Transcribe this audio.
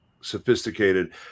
sophisticated